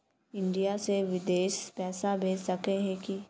India से बिदेश पैसा भेज सके है की?